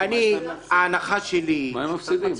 מה הם מפסידים.